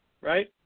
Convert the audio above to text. right